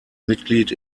mitglied